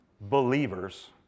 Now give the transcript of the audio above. believers